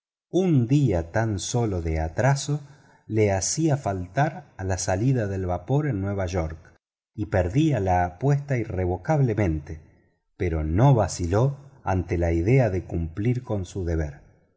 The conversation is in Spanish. un día tan sólo de atraso le hacía faltar a la salida del vapor en nueva york y perdía la apuesta irrevocablemente pero no vaciló ante la idea de cumplir con su deber